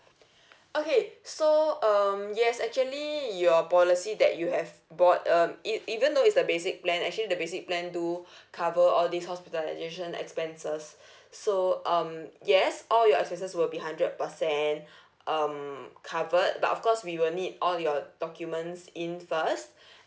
okay so um yes actually your policy that you have bought um e~ even though it's the basic plan actually the basic plan do cover all these hospitalisation expenses so um yes all your expenses will be hundred percent um covered but of course we will need all your documents in first